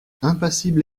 impassible